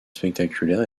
spectaculaire